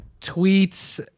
tweets